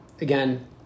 again